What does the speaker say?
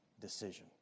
decision